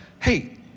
Hey